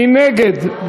מי נגד?